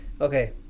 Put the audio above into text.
Okay